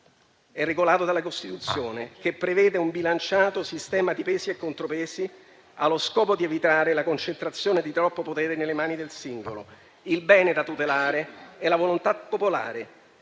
è regolato dalla Costituzione, che prevede un bilanciato sistema di pesi e contrappesi allo scopo di evitare la concentrazione di troppo potere nelle mani del singolo. Il bene da tutelare è la volontà popolare,